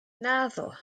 naddo